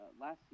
last